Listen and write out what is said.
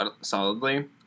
solidly